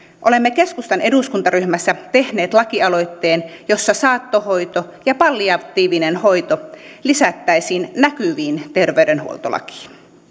olemme keskustan eduskuntaryhmässä tehneet lakialoitteen jossa saattohoito ja palliatiivinen hoito lisättäisiin näkyviin terveydenhuoltolakiin